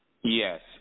Yes